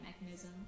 mechanism